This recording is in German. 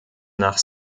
nach